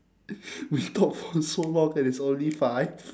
we talked for so long and it's only five